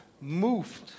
moved